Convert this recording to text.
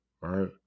right